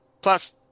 Plus